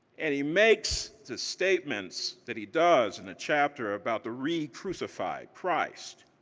and he makes the statements that he does in the chapter about the recrucified christ,